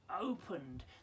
opened